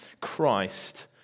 Christ